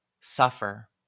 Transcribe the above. suffer